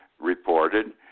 reported